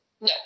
No